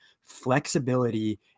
flexibility